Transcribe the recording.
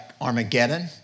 Armageddon